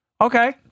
Okay